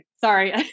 sorry